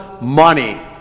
money